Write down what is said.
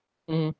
mmhmm